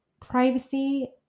privacy